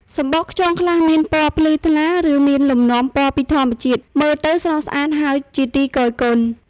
សំបកខ្យងខ្លះមានពណ៌ភ្លឺថ្លា ឬមានលំនាំពណ៌ពីធម្មជាតិ មើលទៅស្រស់ស្អាត ហើយជាទីគយគន់។